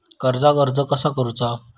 कर्जाक अर्ज कसा करुचा?